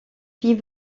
fit